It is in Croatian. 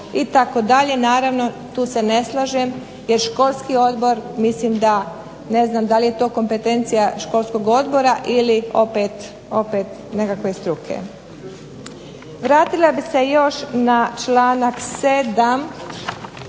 itd., naravno tu se ne slažem jer školski odbor mislim da, ne znam da li je to kompetencija školskog odbora ili opet nekakve struke. Vratila bih se još na članak 7.